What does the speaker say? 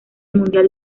mundial